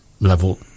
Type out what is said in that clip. Level